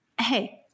Hey